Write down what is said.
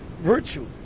virtue